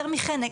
יותר מחנק,